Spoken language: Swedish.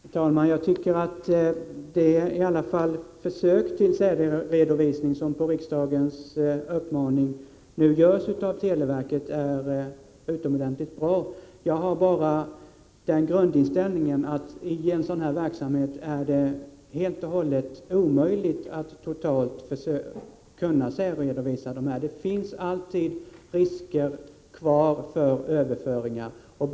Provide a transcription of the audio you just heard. Herr talman! Jag tycker att de försök till särredovisning som på riksdagens uppmaning nu görs av televerket är utomordentligt bra. Jag har bara den grundinställningen att det i en sådan här verksamhet är helt och hållet omöjligt att totalt särredovisa alla delar. Risker för överföringar finns alltid kvar.